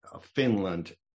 Finland